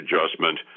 adjustment